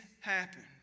happen